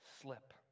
slip